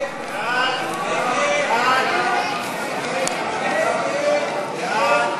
הצעת סיעת המחנה הציוני להביע אי-אמון